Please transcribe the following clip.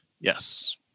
yes